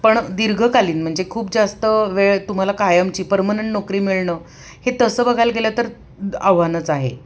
पण दीर्घकालीन म्हणजे खूप जास्त वेळ तुम्हाला कायमची पर्मनंट नोकरी मिळणं हे तसं बघायला गेलं तर आव्हानच आहे